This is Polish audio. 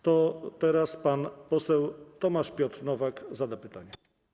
To teraz pan poseł Tomasz Piotr Nowak zada pytanie.